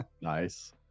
Nice